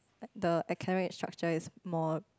like the academic structure is more